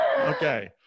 Okay